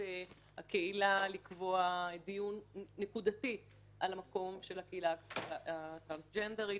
הקהילה לקבוע דיון נקודתי על המקום של הקהילה הטרנסג'נדרית,